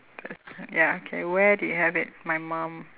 there's ya K where they have it my mum